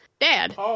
dad